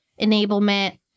enablement